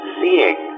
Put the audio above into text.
seeing